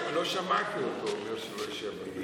לא שמעתי אותו אומר שהוא לא ישב עם מרצ,